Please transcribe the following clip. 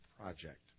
Project